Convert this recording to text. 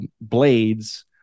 blades